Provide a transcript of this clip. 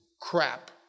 crap